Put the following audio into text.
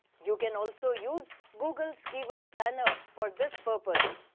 you can also use google's keyword planner for this purpose.